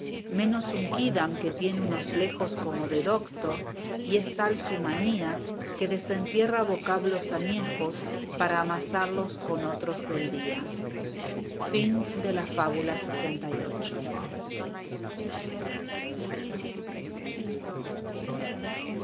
menos un quídam que tiene unos lejos como de docto y es tal su manía que desentierra vocablos añejos para amasarlos con otros del día fábula lxix